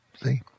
See